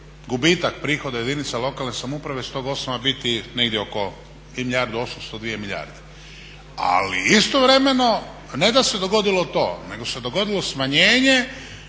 gubitak prihoda jedinice lokalne samouprave s tog osnova biti negdje oko milijardu 800, 2 milijarde. Ali istovremeno ne da se dogodilo to nego se dogodilo smanjenje